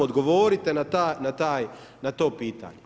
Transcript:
Odgovorite na to pitanje.